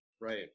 Right